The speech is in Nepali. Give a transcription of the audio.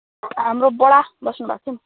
हाम्रो बडा बस्नुभएको थियो